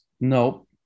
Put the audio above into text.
No